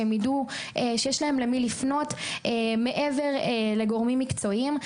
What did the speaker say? שהם יידעו שיש להם למי לפנות מעבר לגורמים מקצועיים.